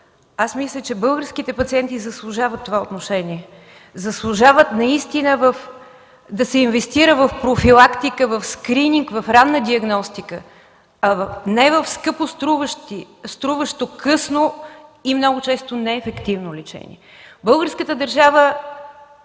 срокът. Българските пациенти заслужават това отношение. Заслужават да се инвестира в профилактика, в скрининг, в ранна диагностика, а не в скъпоструващо късно и много често неефективно лечение. Българската държава